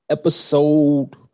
Episode